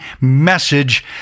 message